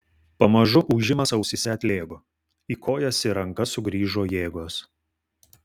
pamažu ūžimas ausyse atlėgo į kojas ir rankas sugrįžo jėgos